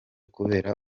kubera